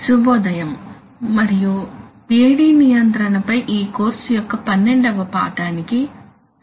కీవర్డ్లు time error actuator నియంత్రిక gain transfer function actuator saturation